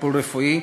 לטיפול רפואי,